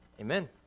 Amen